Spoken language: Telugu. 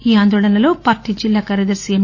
ఈ ఆందోళనలో పార్టీ జిల్లా కార్యదర్శి ఎం